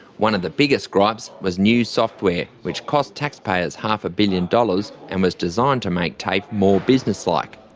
one of the biggest gripes was new software, which cost taxpayers half a billion dollars and was designed to make tafe more business-like.